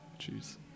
Jeez